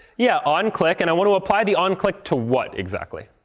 yeah, on click. and i want to apply the on click to what exactly?